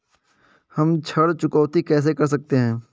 हम ऋण चुकौती कैसे कर सकते हैं?